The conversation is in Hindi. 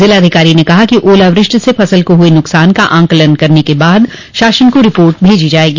जिलाधिकारी ने कहा है कि ओलावृष्टि से फसल को हुए नुकसान का आंकलन करने के बाद शासन को रिपोर्ट भेजी जाएगी